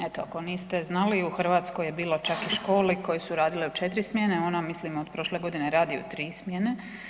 Eto, ako niste znali, u Hrvatskoj je bilo čak i školi koje su radile u četiri smjene, ona mislim od prošle godine radi u tri smjene.